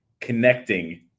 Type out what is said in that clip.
connecting